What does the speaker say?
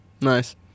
Nice